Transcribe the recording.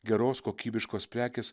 geros kokybiškos prekės